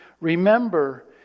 Remember